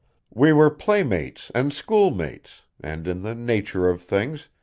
we were playmates and schoolmates, and in the nature of things,